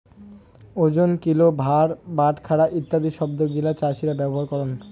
ওজন, কিলো, ভার, বাটখারা ইত্যাদি শব্দ গিলা চাষীরা ব্যবহার করঙ